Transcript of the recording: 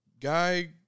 Guy